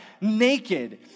naked